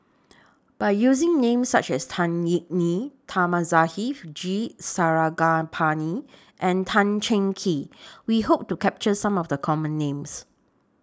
By using Names such as Tan Yeok Nee Thamizhavel G Sarangapani and Tan Cheng Kee We Hope to capture Some of The Common Names